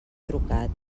trucat